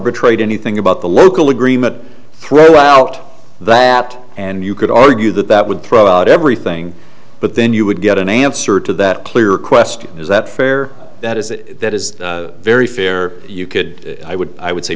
arbitrate anything about the local agreement throw out that and you could argue that that would throw out everything but then you would get an answer to that clear question is that fair that is it that is very fair you could i would i would say